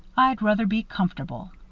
i'd ruther be comfortable.